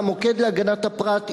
"המוקד להגנת הפרט",